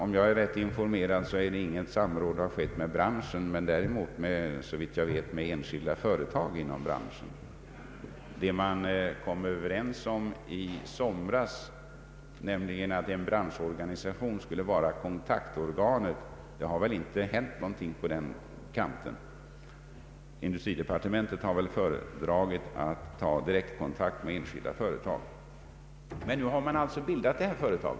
Om jag är rätt informerad har inget samråd skett med branschen men däremot med enskilda företag inom branschen. Man kom i somras Överens om att en branschorganisation skulle vara kontaktorgan, men det har väl inte hänt någonting på den kanten. «Industridepartementet kanske har föredragit att ta direktkontakt med enskilt företag. Nu har man alltså bildat detta företag.